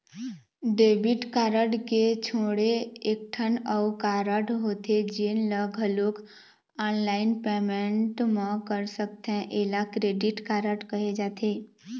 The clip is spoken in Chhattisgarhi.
डेबिट कारड के छोड़े एकठन अउ कारड होथे जेन ल घलोक ऑनलाईन पेमेंट म कर सकथे एला क्रेडिट कारड कहे जाथे